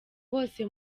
bose